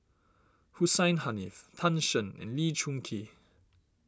Hussein Haniff Tan Shen and Lee Choon Kee